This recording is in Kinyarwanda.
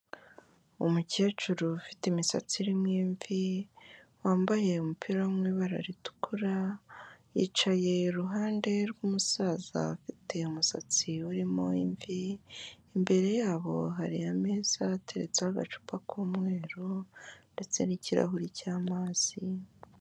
Umukecuru ufite imisatsi irimo imvi, wambaye umupira wo mu ibara ritukura, yicaye iruhande rw'umusaza ufite umusatsi urimo imvi, imbere yabo hari ameza ateretseho agacupa k'umweru ndetse n'ikirahuri cy'amazi.